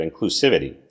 inclusivity